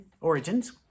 origins